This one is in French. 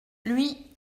lui